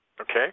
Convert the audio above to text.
Okay